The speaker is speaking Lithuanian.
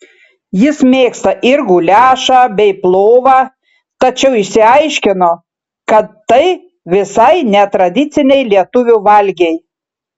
jis mėgsta ir guliašą bei plovą tačiau išsiaiškino kad tai visai ne tradiciniai lietuvių valgiai